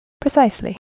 Precisely